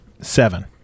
Seven